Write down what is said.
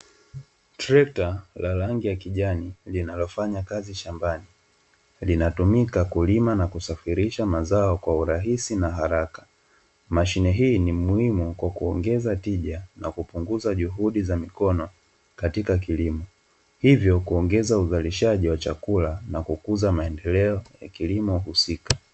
Trekta la rangi ya kijani linalofanya kazi shambani linatumika kulima na kusafirisha mazao kwa urahisi na uharaka. Mashine hii ni muhimu kwa kuongeza tija na kupunguza juhudi za mikono katika kilimo, hivyo kuongeza uzalishaji wa chakula na kukuza maendeleo ya kilimo husika.